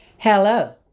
Hello